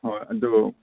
ꯍꯣꯏ ꯑꯗꯨ